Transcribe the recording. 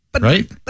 right